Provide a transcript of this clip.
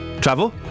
travel